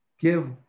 give